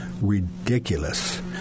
ridiculous